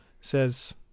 says